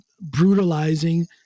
brutalizing